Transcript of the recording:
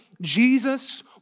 Jesus